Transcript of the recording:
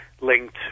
linked